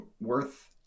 worth